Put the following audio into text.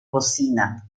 cocina